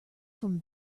from